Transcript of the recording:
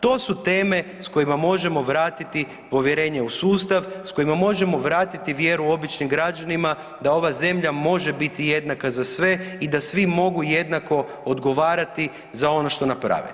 To su teme s kojima možemo vratiti povjerenje u sustav, s kojima možemo vratiti vjeru običnim građanima da ova zemlja može biti jednaka za sve i da svi mogu jednako odgovarati za ono što naprave.